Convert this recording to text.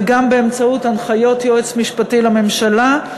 וגם באמצעות הנחיות היועץ המשפטי לממשלה,